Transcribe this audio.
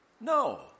No